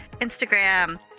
instagram